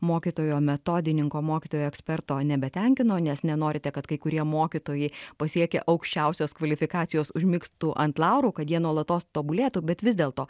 mokytojo metodininko mokytojo eksperto nebetenkino nes nenorite kad kai kurie mokytojai pasiekę aukščiausios kvalifikacijos užmigtų ant laurų kad jie nuolatos tobulėtų bet vis dėlto